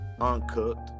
uncooked